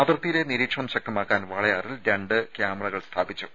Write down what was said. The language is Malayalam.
അതിർത്തിയിലെ നിരീക്ഷണം ശക്തമാക്കാൻ വാളയാറിൽ രണ്ട് ക്യാമറകൾ സ്ഥാപിച്ചു